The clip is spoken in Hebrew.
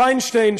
פיינשטיין,